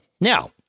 now